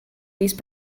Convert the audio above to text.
these